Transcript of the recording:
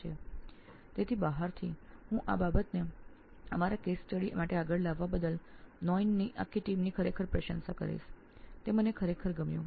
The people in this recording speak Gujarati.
તો પહેલા આ કેસ અધ્યયનને લાવવા માટે હું નોઇન ની આખી ટીમની પ્રશંસા કરીશ મને ખરેખર ગમ્યું